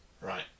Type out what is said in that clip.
right